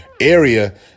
area